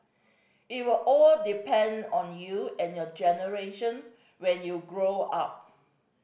it will all depend on you and your generation when you grow up